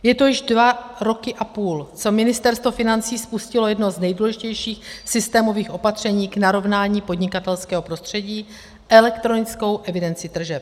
Je to již za 2,5 roku, co Ministerstvo financí spustilo jedno z nejdůležitějších systémových opatření k narovnání podnikatelského prostředí elektronickou evidenci tržeb.